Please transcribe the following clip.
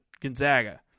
Gonzaga